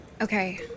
Okay